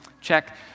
check